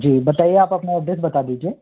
जी बताइए आप अपना एड्रेस बता दीजिए